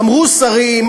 אמרו שרים,